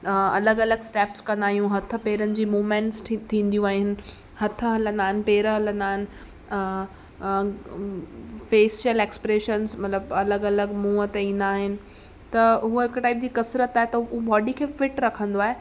अलॻि अलॻि स्टेप्स कंदा आहियूं हथ पैरनि जी मूवमेंट्स थी थींदियूं आहिनि हथ हलंदा आहिनि पैर हलंदा आहिनि फ़ेशियल एक्सप्रेशन मतिलब अलॻि अलॻि मूंहुं ते ईंदा आहिनि त हूअ हिक टाइप जी कसरतु आहे त हू बॉडी खे फ़िट रखंदो आहे